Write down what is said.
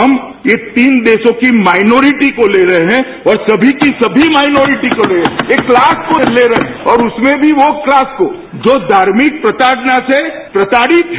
हम एक तीन देशों की माइनॉरटी को ले रहे हैं और सभी की सभी माइनॉरटी को ले रहे हैं एक क्लास को ले रहे हैं और उसमें भी वो क्लास को जो धार्मिक प्रताडना से प्रताडित है